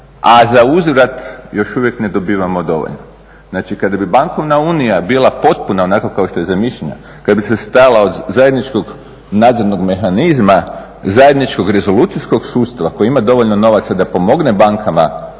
a za uzvrat još uvijek ne dobivamo dovoljno. Znači, kada bi bankovna unija bila potpuna, onako kao što je zamišljena, kada bi se sastojala od zajedničkog nadzornog mehanizma, zajedničkog rezolucijskog sustava koji ima dovoljno novaca da pomogne bankama